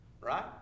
Right